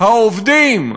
העובדים,